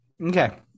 okay